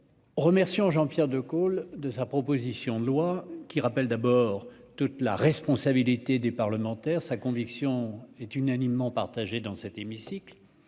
remercions Jean-Pierre Decool pour sa proposition de loi, qui rappelle d'abord toute la responsabilité des parlementaires. Sa conviction est unanimement partagée dans cet hémicycle